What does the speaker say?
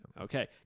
Okay